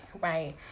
right